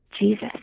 Jesus